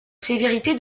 sévérité